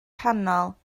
canol